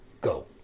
Go